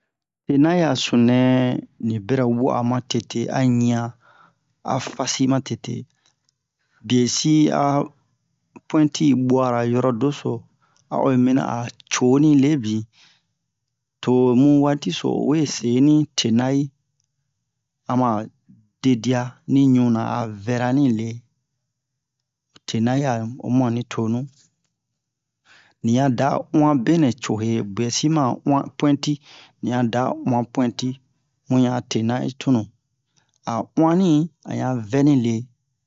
Tenayi a sunu nɛ ni bɛrɛ wa'a ma tete a ɲi'an a fasi ma tete bie si a pu'inti yi bu'ara yoro doso a oyi mina a coni lebin to mu waati so o we se ni tenayi ama dedi'a ni ɲuna a vɛra ni le tenayi a o mu ani tonu ni yan da uwan benɛ cohe bwɛ si ma uwan pu'inti ni yan da uwan pu'inti mu ɲa a tenayi cunu a uwani a yan vɛni le